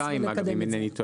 עוד שנתיים אם אינני טועה.